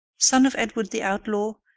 son of edward the outlaw,